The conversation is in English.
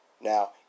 Now